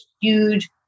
huge